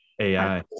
AI